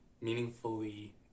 meaningfully